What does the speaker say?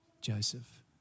Joseph